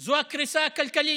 זה הקריסה הכלכלית.